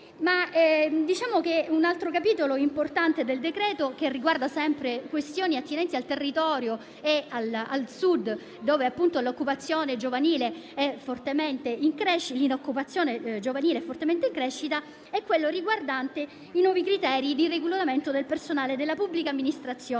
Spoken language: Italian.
Un altro capitolo importante del decreto riguarda sempre questioni attinenti al territorio e al Sud, dove l'inoccupazione giovanile è in forte crescita, ed è quello relativo ai nuovi criteri di reclutamento del personale della pubblica amministrazione